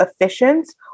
efficient